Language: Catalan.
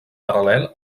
paral·lel